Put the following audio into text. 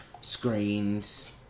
screens